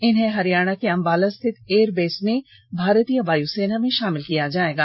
इन्हें हरियाणा के अम्बाला स्थित एयरबेस में भारतीय वायुसेना मे शामिल किया जायेगा